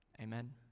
Amen